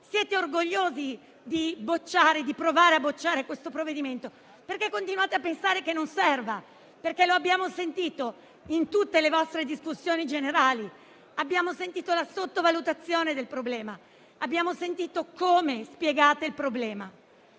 siete orgogliosi di provare a bocciare questo provvedimento, perché continuate a pensare che non serva. Lo abbiamo sentito in tutti i vostri interventi in discussione generale: abbiamo sentito la sottovalutazione del problema, abbiamo sentito come spiegate il problema.